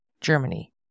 Germany